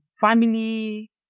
family